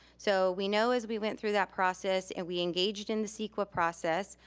so we know as we went through that process, and we engaged in the ceqa process,